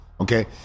Okay